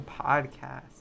podcast